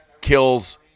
kills